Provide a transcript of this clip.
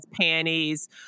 panties